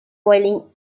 boiling